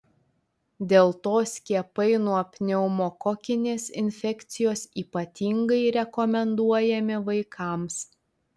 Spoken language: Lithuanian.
dėl to skiepai nuo pneumokokinės infekcijos ypatingai rekomenduojami vaikams